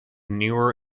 newer